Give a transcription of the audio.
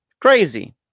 Crazy